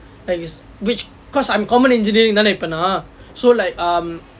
which cause I'm common engineering தானே இப்ப நான்:thane ippa naan so like um